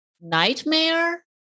nightmare